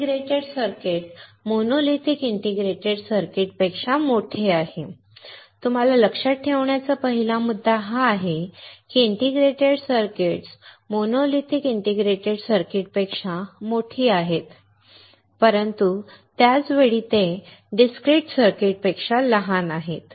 हे integrated circuits monolithic integrated circuits पेक्षा मोठे आहेत तुम्हाला लक्षात ठेवण्याचा पहिला मुद्दा हा आहे की ही इंटिग्रेटेड सर्किट्स मोनोलिथिक इंटिग्रेटेड सर्किट्सपेक्षा मोठी आहेत परंतु त्याच वेळी ते डिस्क्रिट सर्किट्स पेक्षा लहान आहेत